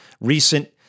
recent